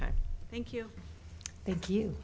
time thank you thank you